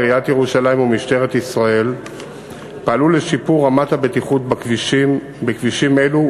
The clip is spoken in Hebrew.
עיריית ירושלים ומשטרת ישראל פעלו לשיפור רמת הבטיחות בכבישים אלו,